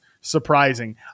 surprising